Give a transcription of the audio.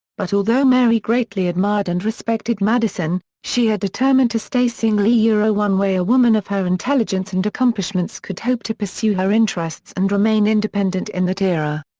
but although mary greatly admired and respected madison, she had determined to stay single one way a woman of her intelligence and accomplishments could hope to pursue her interests and remain independent in that era.